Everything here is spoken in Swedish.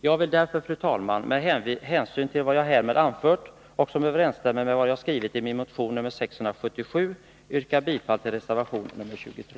Jag vill därför, fru talman, med hänsyn till vad jag härmed anfört och som överensstämmer med vad jag skrivit i min motion nr 677 yrka bifall till reservation nr 23.